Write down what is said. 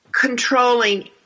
controlling